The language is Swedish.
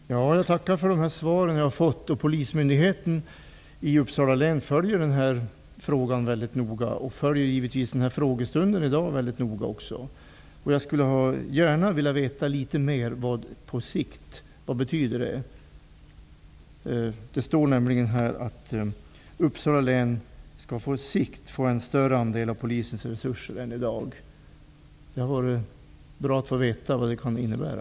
Fru talman! Jag tackar för svaren som jag har fått. Polismyndigheten i Uppsala län följer noga denna fråga och givetvis också denna frågedebatt. Jag skulle gärna vilja veta litet mer om vad begreppet ''på sikt'' innebär. Det står i svaret att Uppsala län på sikt skall få en större andel av Polisens resurser än vad man i dag får. Det vore bra att få reda på vad detta kan innebära.